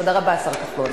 תודה רבה, השר כחלון.